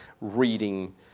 reading